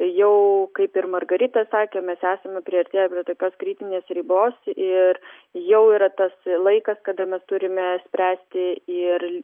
jau kaip ir margarita sakė mes esame priartėję prie tokios kritinės ribos ir jau yra tas laikas kada mes turime spręsti ir